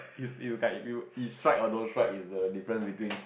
if you if you if strike or don't strike is the difference between